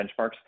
benchmarks